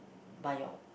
by your